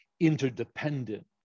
interdependent